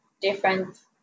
different